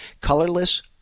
colorless